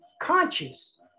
conscious